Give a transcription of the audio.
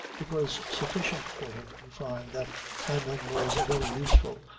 it was sufficient for him to find that hanlon was a very useful,